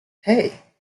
hey